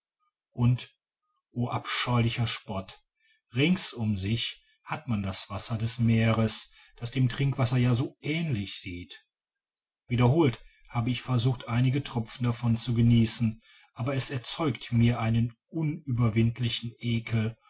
und o abscheulicher spott rings um sich hat man das wasser des meeres das dem trinkwasser ja so ähnlich sieht wiederholt habe ich versucht einige tropfen davon zu genießen aber es erzeugt mir einen unüberwindlichen ekel